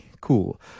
Cool